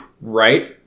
right